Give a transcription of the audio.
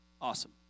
Awesome